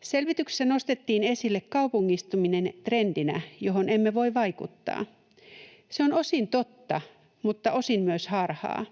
Selvityksessä nostettiin esille kaupungistuminen trendinä, johon emme voi vaikuttaa. Se on osin totta mutta osin myös harhaa.